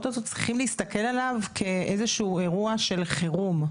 הזה צריכים להסתכל עליו כאיזה שהוא אירוע של חירום.